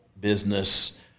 business